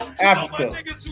Africa